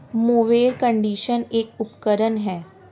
mower conditioner एक उपकरण है